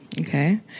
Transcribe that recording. Okay